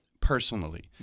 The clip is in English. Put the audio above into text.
personally